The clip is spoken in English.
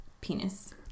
penis